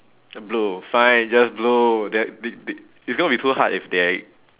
blue fine just blue that bit bit it's gonna be too hard if they